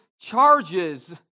charges